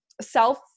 self